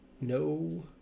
no